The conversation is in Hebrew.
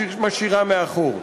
משאירה מאחור.